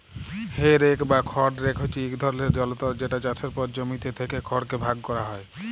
হে rake বা খড় rake হছে ইক ধরলের যলতর যেট চাষের পর জমিতে থ্যাকা খড়কে ভাগ ক্যরা হ্যয়